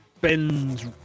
bends